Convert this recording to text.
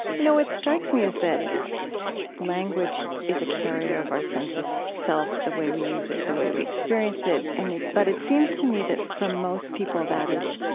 you know what strikes me is that language is a carrier of our sense of self, the way we use it, the way we experience it. and but it seems to me that, for most people, that is